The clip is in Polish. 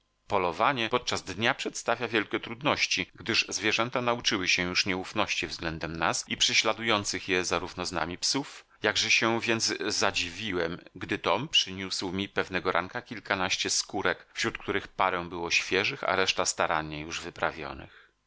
polowanie podczas dnia przedstawia wielkie trudności gdyż zwierzęta nauczyły się już nieufności względem nas i prześladujących je zarówno z nami psów jakżeż się więc zadziwiłem gdy tom przyniósł mi pewnego ranka kilkanaście skórek wśród których parę było świeżych a reszta starannie już